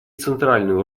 центральную